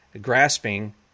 grasping